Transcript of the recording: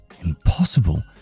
Impossible